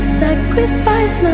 sacrifice